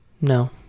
No